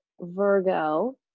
Virgo